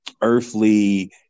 earthly